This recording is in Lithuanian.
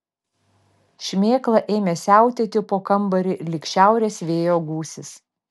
šmėkla ėmė siautėti po kambarį lyg šiaurės vėjo gūsis